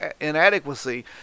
inadequacy